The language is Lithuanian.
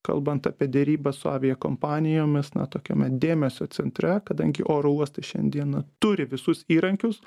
kalbant apie derybas su aviakompanijomis na tokiame dėmesio centre kadangi oro uostai šiandieną turi visus įrankius